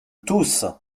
tousse